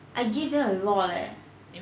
I give them a lot leh